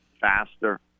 faster